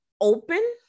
open